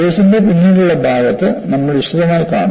കോഴ്സിന്റെ പിന്നീടുള്ള ഭാഗത്ത് നമ്മൾ വിശദമായി കാണും